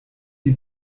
die